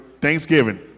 Thanksgiving